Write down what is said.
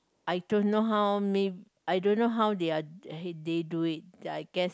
I don't know how may I don't know they are they do it I guess